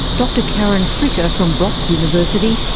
dr karen fricker from brock university,